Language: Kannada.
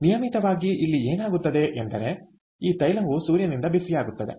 ನಿಯಮಿತವಾಗಿ ಇಲ್ಲಿ ಏನಾಗುತ್ತದೆ ಎಂದರೆ ಈ ತೈಲವು ಸೂರ್ಯನಿಂದ ಬಿಸಿಯಾಗುತ್ತದೆ